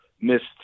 missed